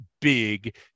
big